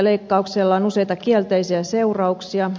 leikkauksella on useita kielteisiä seurauksia